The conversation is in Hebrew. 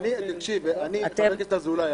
אני חבר הכנסת אזולאי,